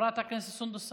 חברת הכנסת סונדוס סאלח,